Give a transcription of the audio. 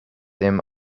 them